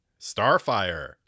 Starfire